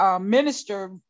minister